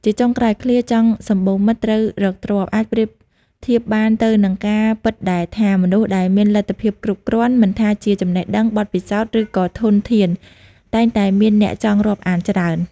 ជាចុងក្រោយឃ្លា ចង់សំបូរមិត្ត ត្រូវរកទ្រព្យ អាចប្រៀបធៀបបានទៅនឹងការពិតដែលថា មនុស្សដែលមានលទ្ធភាពគ្រប់គ្រាន់ មិនថាជាចំណេះដឹង បទពិសោធន៍ ឬក៏ធនធាន តែងតែមានអ្នកចង់រាប់អានច្រើន។